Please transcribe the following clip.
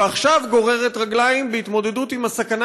ועכשיו גוררת רגליים בהתמודדות עם הסכנה